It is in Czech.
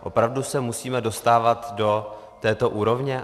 Opravdu se musíme dostávat do této úrovně?